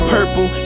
Purple